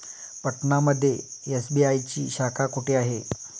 पटना मध्ये एस.बी.आय ची शाखा कुठे आहे?